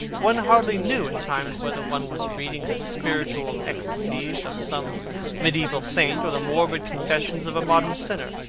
one hardly knew at times whether one was reading the spiritual ecstasies of some mediaeval saint or the morbid confessions of a modern sinner.